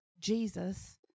Jesus